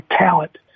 talent